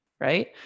Right